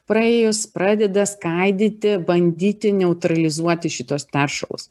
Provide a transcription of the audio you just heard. praėjus pradeda skaidyti bandyti neutralizuoti šituos teršalus